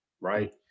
Right